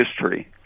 history